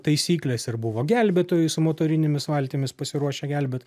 taisyklės ir buvo gelbėtojai su motorinėmis valtimis pasiruošę gelbėt